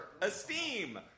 esteem